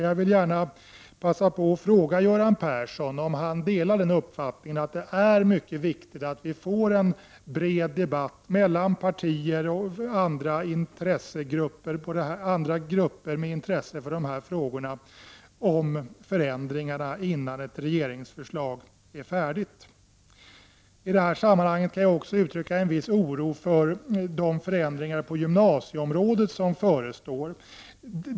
Jag vill gärna passa på att fråga Göran Persson om han delar uppfattningen att det är mycket viktigt att vi får en bred debatt om förändringarna mellan partier och andra grupper med intresse för de här frågorna innan ett regeringsförslag är färdigt. I det här sammanhanget kan jag också uttrycka en viss oro för de förändringar på gymnasieområdet som förestår.